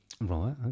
right